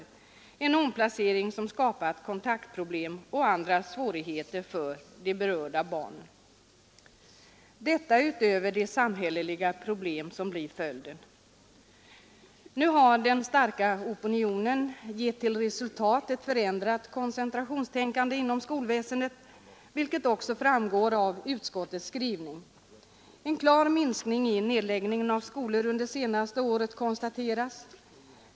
En sådan omplacering skapar kontaktproblem och andra svårigheter för de berörda barnen. Därtill kommer de samhälleliga problem som blir följden. Nu har den starka opinionen gett till resultat ett förändrat koncentrationstänkande inom skolväsendet, vilket också framgår av utskottets skrivning. En klar minskning av antalet skolnedläggningar kan konstateras under det senaste året.